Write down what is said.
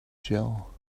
gel